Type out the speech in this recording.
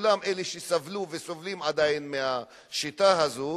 אלה שסבלו וסובלים עדיין מהשיטה הזו,